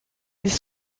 ils